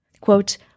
Quote